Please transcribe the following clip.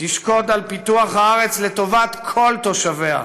תשקוד על פיתוח הארץ לטובת כל תושביה,